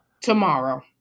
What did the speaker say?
tomorrow